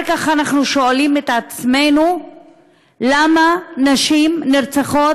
כך אנחנו שואלים את עצמנו למה נשים נרצחות,